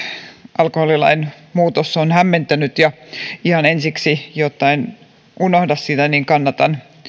alkoholilain muutos on hämmentänyt ja ihan ensiksi jotta en unohda sitä kannatan